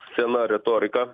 sena retorika